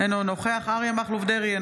אינו נוכח אריה מכלוף דרעי,